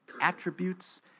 attributes